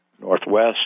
Northwest